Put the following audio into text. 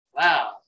Wow